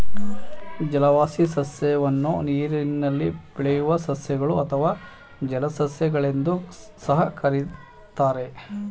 ಜಲವಾಸಿ ಸಸ್ಯವನ್ನು ನೀರಿನಲ್ಲಿ ಬೆಳೆಯುವ ಸಸ್ಯಗಳು ಅಥವಾ ಜಲಸಸ್ಯ ಗಳೆಂದೂ ಸಹ ಕರಿತಾರೆ